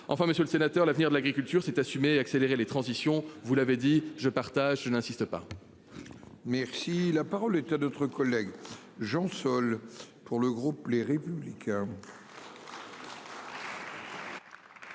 enfin monsieur le sénateur, l'avenir de l'agriculture, c'est assumer accélérer les transitions, vous l'avez dit, je partage, je n'insiste pas. Merci la parole est à d'autres collègues Jean Sol pour le groupe Les Républicains.